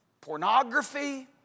pornography